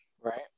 Right